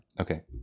Okay